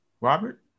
Robert